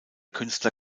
künstler